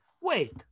wait